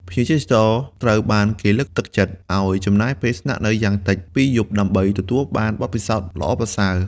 ភ្ញៀវទេសចរត្រូវបានគេលើកទឹកចិត្តឱ្យចំណាយពេលស្នាក់នៅ យ៉ាងតិចពីរយប់ ដើម្បីទទួលបានបទពិសោធន៍ល្អប្រសើរ។